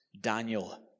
Daniel